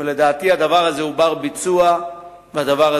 ולדעתי הדבר הוא בר-ביצוע ואפשרי.